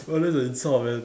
!wah! this is an insult man